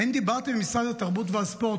האם דיברתם במשרד התרבות והספורט?